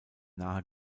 nahe